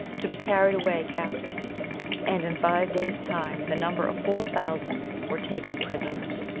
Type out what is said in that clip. to be carried away captives and in five days' time the number of four thousand were taken prisoners,